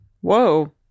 Whoa